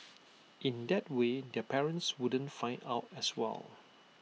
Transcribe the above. in that way their parents wouldn't find out as well